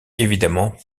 évidemment